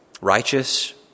righteous